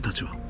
too,